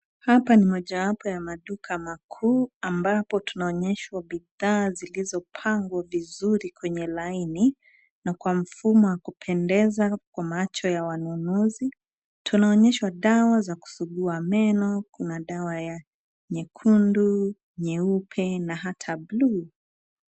Hapa ni moja wapo ya maduka makuu ambapo tunaonyeshwa bidhaa zilizopangwa vizuri kwenye laini na kwa mfumo wa kupendeza kwa macho ya wanunuzi. Tunaonyeshwa dawa za kusugua meno, kuna dawa ya nyekundu, nyeupe na hata blue .